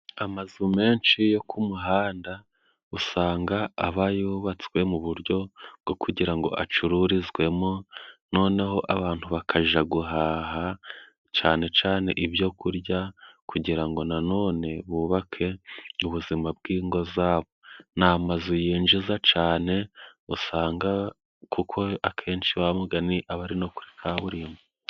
Amazu menshi yo ku muhanda usanga aba yubatswe mu buryo bwo kugira ngo acururizwemo; noneho abantu bakaja guhaha cane cane ibyo kurya kugira ngo nanone bubake ubuzima bw'ingo zabo, ni amazu yinjiza cane usanga kuko akenshi wa mugani aba ari no kuri kaburimbo.